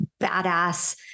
badass